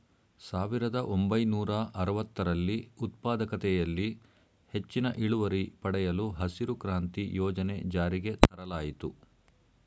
ಸಾವಿರದ ಒಂಬೈನೂರ ಅರವತ್ತರಲ್ಲಿ ಉತ್ಪಾದಕತೆಯಲ್ಲಿ ಹೆಚ್ಚಿನ ಇಳುವರಿ ಪಡೆಯಲು ಹಸಿರು ಕ್ರಾಂತಿ ಯೋಜನೆ ಜಾರಿಗೆ ತರಲಾಯಿತು